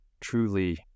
truly